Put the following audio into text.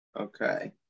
Okay